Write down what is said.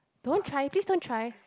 don't try please don't try